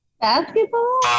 Basketball